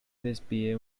despide